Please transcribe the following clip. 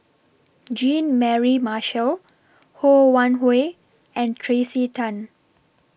Jean Mary Marshall Ho Wan Hui and Tracey Tan